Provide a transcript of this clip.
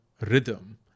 rhythm